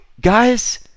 guys